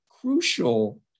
crucial